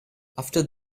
after